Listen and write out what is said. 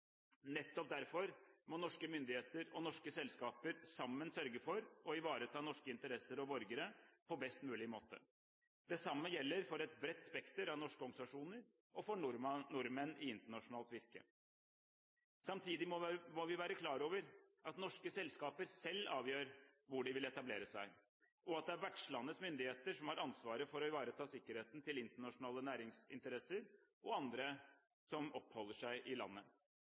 Nettopp derfor må norske myndigheter og norske selskaper sammen sørge for å ivareta norske interesser og borgere på best mulig måte. Det samme gjelder for et bredt spekter av norske organisasjoner og for nordmenn i internasjonalt virke. Samtidig må vi være klar over at norske selskaper selv avgjør hvor de vil etablere seg, og at det er vertslandets myndigheter som har ansvaret for å ivareta sikkerheten til internasjonale næringsinteresser – og andre som oppholder seg i landet.